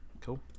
cool